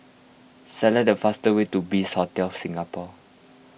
select the fast way to Bliss Hotel Singapore